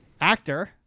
Actor